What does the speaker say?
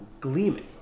gleaming